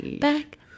back